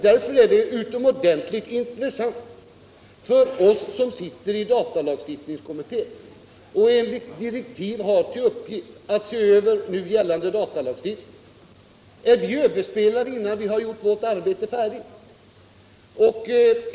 Detta är utomordentligt intressant för oss som sitter i datalagstiftningskommittén och enligt direktiv har till uppgift att se över nu gällande datalagstiftning. Är vi överspelade innan vi gjort vårt arbete färdigt?